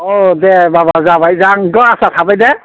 औ दे बाबा जाबाय आंथ' आसा थाबाय दे